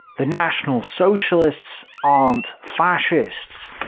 the national socialists aren't fascists.